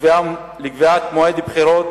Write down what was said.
לקביעת מועד לבחירות